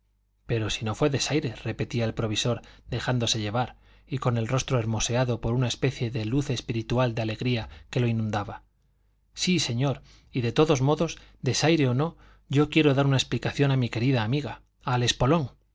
pero si no fue desaire repetía el provisor dejándose llevar y con el rostro hermoseado por una especie de luz espiritual de alegría que lo inundaba sí señor y de todos modos desaire o no yo quiero dar una explicación a mi querida amiga al espolón